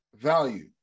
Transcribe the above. value